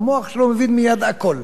והמוח שלו מבין מייד הכול.